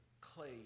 clay